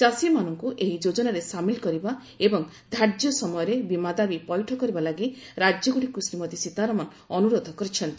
ଚାଷୀମାନଙ୍କୁ ଏହି ଯୋଜନାରେ ସାମିଲ କରିବା ଏବଂ ଧାର୍ଯ୍ୟ ସମୟରେ ବୀମା ଦାବି ପୈଠକ କରିବା ଲାଗି ରାଜ୍ୟଗୁଡ଼ିକୁ ଶ୍ରୀମତୀ ସୀତାରମଣ ଅନୁରୋଧ କରିଛନ୍ତି